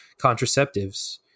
contraceptives